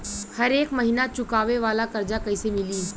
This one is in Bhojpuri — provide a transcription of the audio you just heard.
हरेक महिना चुकावे वाला कर्जा कैसे मिली?